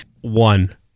one